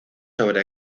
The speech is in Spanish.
sobre